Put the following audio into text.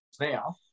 now